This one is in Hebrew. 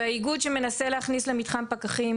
ואיגוד שמנסה להכניס למתחם פקחים,